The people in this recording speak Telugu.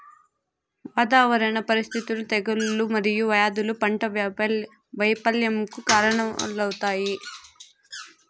వాతావరణ పరిస్థితులు, తెగుళ్ళు మరియు వ్యాధులు పంట వైపల్యంకు కారణాలవుతాయి